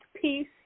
peace